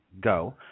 go